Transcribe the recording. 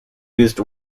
used